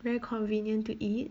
very convenient to eat